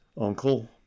uncle